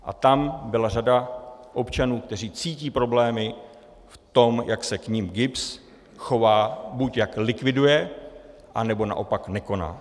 A tam byla řada občanů, kteří cítí problémy v tom, jak se k nim GIBS chová buď jak likviduje, anebo naopak nekoná.